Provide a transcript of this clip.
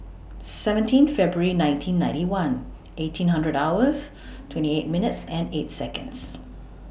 seventeen February nineteen ninety one eighteen hundred hours twenty eight minutes and eight Seconds